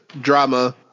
drama